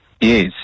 Yes